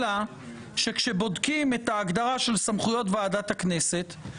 אלא שכשבודקים את ההגדרה של סמכויות ועדת הכנסת,